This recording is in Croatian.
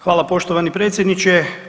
Hvala poštovani predsjedniče.